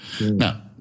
Now